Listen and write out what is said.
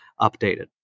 updated